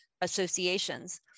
associations